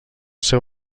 seu